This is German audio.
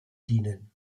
dienen